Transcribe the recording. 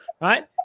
right